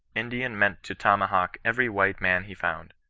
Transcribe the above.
indian meant to tomahawk every white man he found.